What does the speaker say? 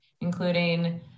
including